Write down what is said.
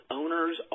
owners